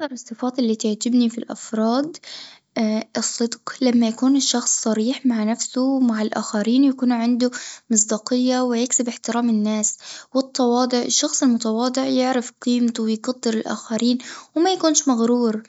أكثر الصفات اللي تعجبني في الأفراد الصدق لما يكون الشخص صريح مع نفسه ومع الآخرين يكون عنده مصداقية ويكسب احترام الناس والتواضع، الشخص المتواضع يعرف قيمته ويقدر الآخرين وما يكونش مغرور